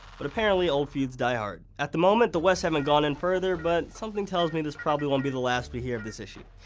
but apparently, old feuds die hard. at the moment, the wests haven't gone in further but something tells me this probably won't be the last we here of this issue.